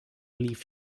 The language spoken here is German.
lief